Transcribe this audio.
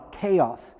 chaos